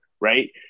Right